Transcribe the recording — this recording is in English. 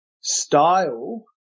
style